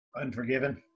unforgiven